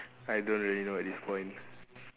I don't really know at this point